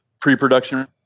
pre-production